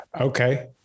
okay